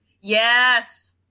Yes